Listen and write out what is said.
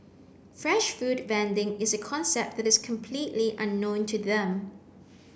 fresh food vending is a concept that is completely unknown to them